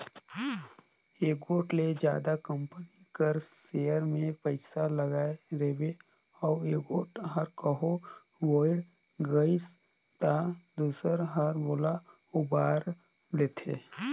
एगोट ले जादा कंपनी कर सेयर में पइसा लगाय रिबे अउ एगोट हर कहों बुइड़ गइस ता दूसर हर ओला उबाएर लेथे